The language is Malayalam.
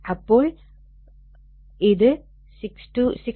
അപ്പോൾ ഇത് 62